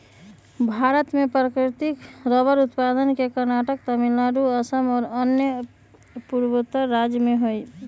भारत में प्राकृतिक रबर उत्पादक के कर्नाटक, तमिलनाडु, असम और अन्य पूर्वोत्तर राज्य हई